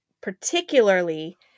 particularly